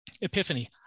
epiphany